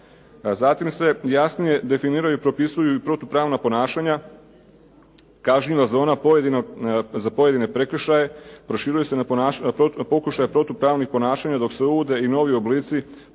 Zatim se jasnije definiraju i propisuju i protupravna ponašanja kažnjiva za pojedine prekršaje proširuje se na pokušaj protupravnih ponašanja dok se uvode i novi oblici